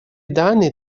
данные